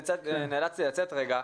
נאלצתי לצאת רגע.